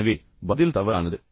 எனவே பதில் தவறானது